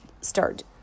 start